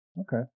Okay